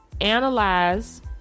analyze